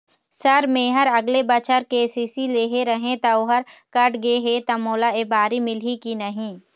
Sir मेहर अगले बछर के.सी.सी लेहे रहें ता ओहर कट गे हे ता मोला एबारी मिलही की नहीं?